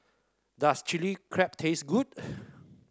does Chili Crab taste good